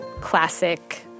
classic